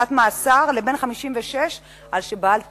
שנת מאסר לבן 56 על שבעל קטינה.